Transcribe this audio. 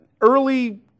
early